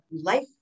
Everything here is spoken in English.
life